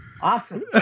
awesome